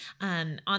On